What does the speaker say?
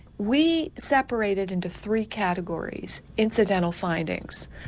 we separated into three categories, incidental findings,